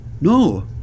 No